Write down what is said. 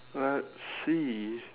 let's see